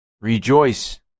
Rejoice